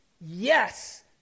yes